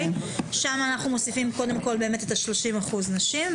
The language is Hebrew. שם אנחנו מוסיפים קודם כול באמת את 30% נשים.